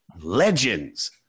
legends